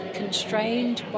constrained